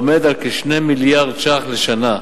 עומד על כ-2 מיליארד ש"ח לשנה.